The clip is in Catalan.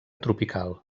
tropical